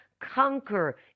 conquer